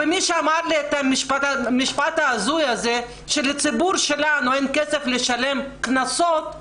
ומי שאמר לי את המשפט ההזוי הזה ש "לציבור שלנו אין כסף לשלם קנסות"